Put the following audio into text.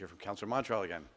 hear from cancer montreal again